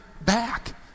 back